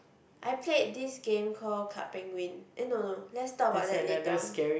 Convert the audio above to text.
I played this game call Club Penguin eh no no let's talk that later on